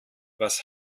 was